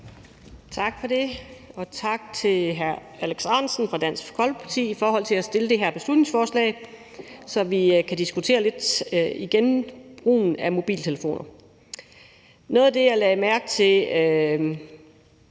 Tak for det. Og tak til hr. Alex Ahrendtsen fra Dansk Folkeparti for at fremsætte det her beslutningsforslag, så vi kan diskutere brugen af mobiltelefoner lidt igen. Noget af det, jeg lagde mærke til